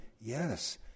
yes